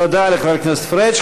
תודה לחבר הכנסת פריג'.